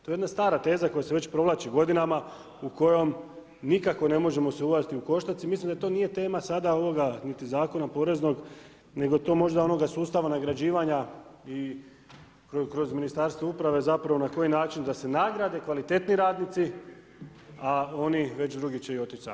To je jedna stara teza koja se već provlači godinama u kojoj nikako ne možemo se uhvatiti u koštac i mislim da to nije tema sada ovoga niti Zakona poreznog nego to možda onoga sustava nagrađivanja i kroz Ministarstvo uprave zapravo na koji način da se nagrade kvalitetni radnici a oni već drugi će i otići sami.